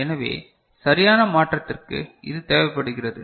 எனவே சரியான மாற்றத்திற்கு இது தேவைப்படுகிறது